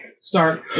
start